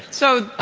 so,